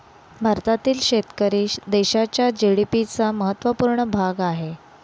भारतातील शेतकरी देशाच्या जी.डी.पी चा महत्वपूर्ण भाग आहे